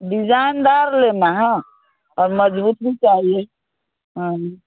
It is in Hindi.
डिजाईनदार लेना है और मज़बूत भी चाहिए हाँ